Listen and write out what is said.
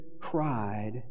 cried